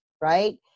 right